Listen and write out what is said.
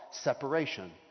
separation